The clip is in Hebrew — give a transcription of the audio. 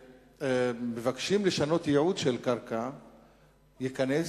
כשמבקשים לשנות ייעוד של קרקע ייכנסו